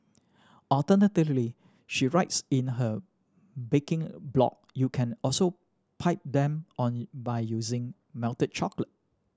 alternatively she writes in her baking blog you can also pipe them on by using melted chocolate